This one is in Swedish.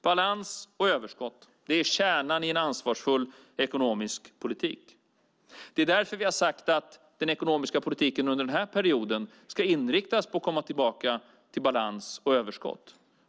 Balans och överskott är kärnan i en ansvarsfull ekonomisk politik. Det är därför vi har sagt att den ekonomiska politiken under den här perioden ska inriktas på att komma tillbaka till balans och överskott.